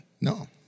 No